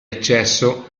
accesso